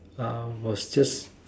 ah was just